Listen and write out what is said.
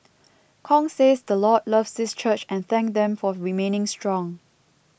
Kong says the Lord loves this church and thanked them for remaining strong